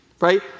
right